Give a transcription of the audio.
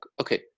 okay